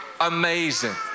amazing